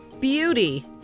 Beauty